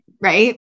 right